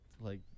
like-